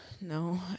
No